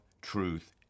truth